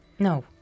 No